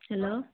hello